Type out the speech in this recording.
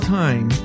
time